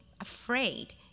afraid